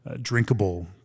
drinkable